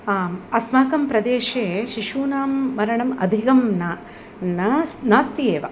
आम् अस्माकं प्रदेशे शिशूनां मरणम् अधिकं न नास् नास्ति एव